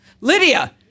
Lydia